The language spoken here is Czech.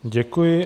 Děkuji.